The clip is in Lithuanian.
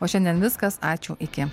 o šiandien viskas ačiū iki